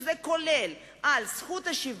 וזה כולל את זכות השיבה,